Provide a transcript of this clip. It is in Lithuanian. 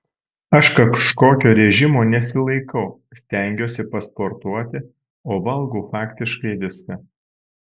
aš kažkokio režimo nesilaikau stengiuosi pasportuoti o valgau faktiškai viską